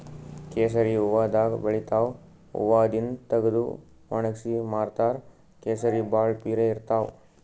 ಕೇಸರಿ ಹೂವಾದಾಗ್ ಬೆಳಿತಾವ್ ಹೂವಾದಿಂದ್ ತಗದು ವಣಗ್ಸಿ ಮಾರ್ತಾರ್ ಕೇಸರಿ ಭಾಳ್ ಪಿರೆ ಇರ್ತವ್